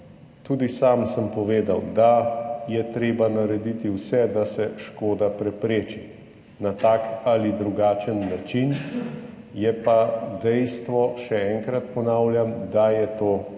Tudi sam sem povedal, da je treba narediti vse, da se škoda prepreči, na tak ali drugačen način. Je pa dejstvo, še enkrat ponavljam, da je to